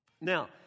Now